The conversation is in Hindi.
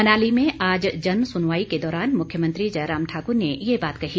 मनाली में आज जन सुनवाई के दौरान मुख्यमंत्री जयराम ठाकुर ने ये बात कही